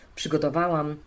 przygotowałam